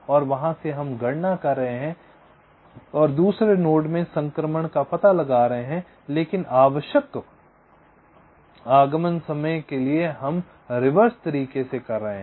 और वहां से हम गणना कर रहे हैं और दूसरे नोड में संक्रमण का पता लगा रहे हैं लेकिन आवश्यक आगमन समय के लिए हम रिवर्स तरीके से कर रहे हैं